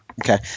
Okay